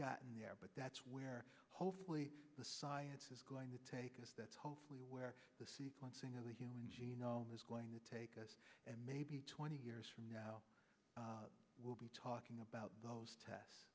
gotten there but that's where hopefully the science is going to take us that's hopefully where the sequencing of the human genome is going to take us and maybe twenty years from now we'll be talking about those tests